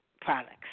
products